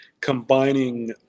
combining